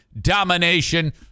Domination